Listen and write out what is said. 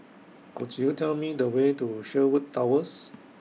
Could YOU Tell Me The Way to Sherwood Towers